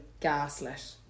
gaslit